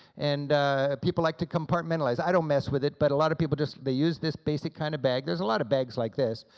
and people like to compartmentalize, i don't mess with it, but a lot of people just they use this basic kind of bag there's a lot of bags like this,